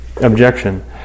objection